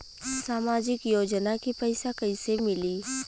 सामाजिक योजना के पैसा कइसे मिली?